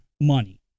money